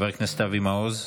חבר הכנסת אבי מעוז,